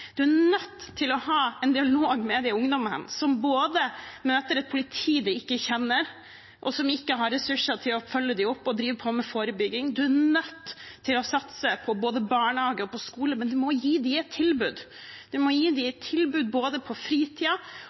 er nødt til å ha en dialog med de ungdommene som møter et politi de ikke kjenner, og som ikke har ressurser til å følge dem opp og drive med forebygging. Man er nødt til å satse på både barnehage og skole, og man må gi dem et tilbud. Man må gi dem et tilbud på